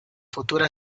futura